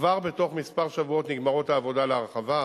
כבר בתוך כמה שבועות נגמרות העבודות להרחבה,